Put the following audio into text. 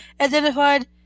identified